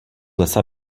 lesa